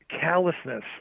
callousness